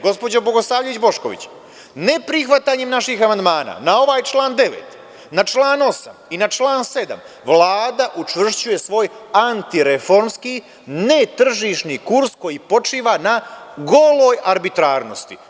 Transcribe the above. Gospođo Bogosavljević Bošković, neprihvatanjem naših amandmana, na ovaj član 9. na član 8. i na član 7. Vlada učvršćuje svoj antireformski, netržišni kurs, koji počiva na goloj arbitrarnosti.